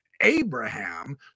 Abraham